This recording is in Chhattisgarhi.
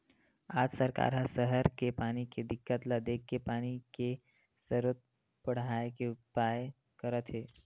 आज सरकार ह सहर के पानी के दिक्कत ल देखके पानी के सरोत बड़हाए के उपाय करत हे